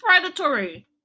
predatory